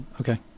Okay